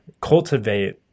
cultivate